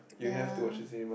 ya